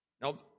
Now